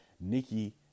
Nikki